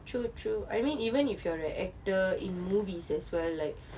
true true I mean even if you are a actor in movies as well like